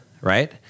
right